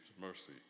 mercy